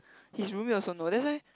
his roomie also know that's why